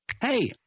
Hey